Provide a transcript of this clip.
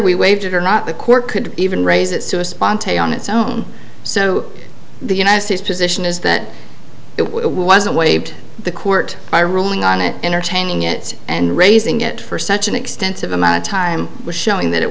we waived it or not the court could even raise it to a sponte on its own so the united states position is that it wasn't waived the court by ruling on it entertaining it and raising it for such an extensive amount of time was showing that it